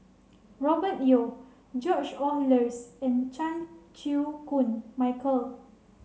Robert Yeo George Oehlers and Chan Chew Koon Michael